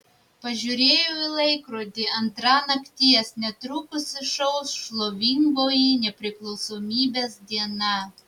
pažiūrėjau į laikrodį antra nakties netrukus išauš šlovingoji nepriklausomybės diena